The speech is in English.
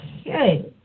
okay